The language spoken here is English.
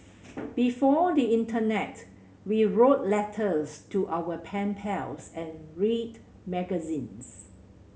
before the internet we wrote letters to our pen pals and read magazines